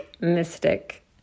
mystic